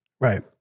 Right